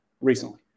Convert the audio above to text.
recently